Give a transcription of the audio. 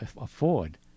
afford